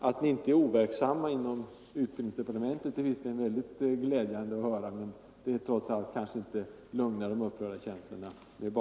Att ni inte är overksamma inom utbildningsdepartementet är visserligen glädjande, men trots allt lugnar nog inte det påpekandet de upprörda känslorna.